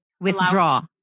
withdraw